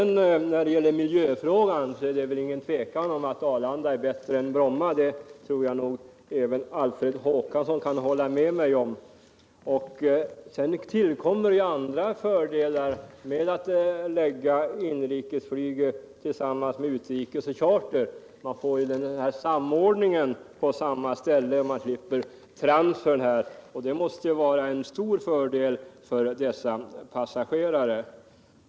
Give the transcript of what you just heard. När det gäller miljöfrågan råder det inget tvivel om att Arlanda är bättre än Bromma — det tror jag att även Alfred Håkansson kan hålla med mig om. Vidare tillkommer en del andra fördelar med en förläggning av inrikesflyget tillsammans med utrikesoch charterflyget. Man får ju då en samordning och slipper transfern, vilket måste vara en stor fördel för berörda passagerare.